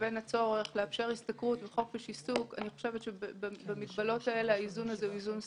לבין הצורך לאפשר השתכרות וחופש עיסוק הוא איזון סביר.